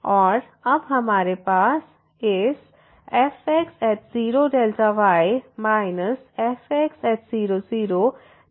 और अब हमारे पास इस fx0y fx00y के लिए yy है